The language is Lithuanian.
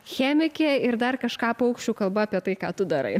chemikė ir dar kažką paukščių kalba apie tai ką tu darai